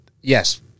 Yes